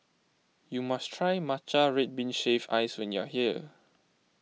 you must try Matcha Red Bean Shaved Ice when you are here